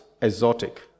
exotic